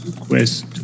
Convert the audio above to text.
quest